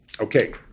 Okay